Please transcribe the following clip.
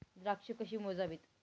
द्राक्षे कशी मोजावीत?